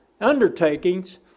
undertakings